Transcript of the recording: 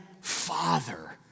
Father